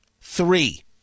three